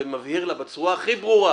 ומבהיר לה בצורה הכי ברורה